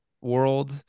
world